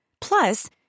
Plus